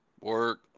work